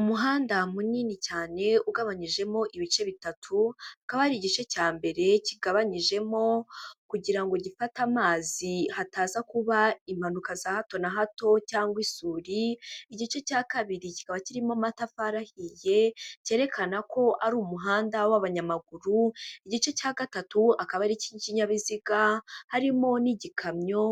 Umuhanda munini cyane, ugabanyijemo ibice bitatu, hakaba hari igice cya mbere kigabanyijemo kugira ngo gifate amazi, hataza kuba impanuka za hato na hato, cyangwa isuri, igice cya kabiri kikaba kirimo amatafari ahiye, cyerekana ko ari umuhanda w'abanyamaguru, igice cya gatatu akaba ari icy'ikinyabiziga harimo n'igikamyo,